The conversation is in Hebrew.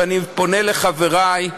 ואני פונה אל חברי: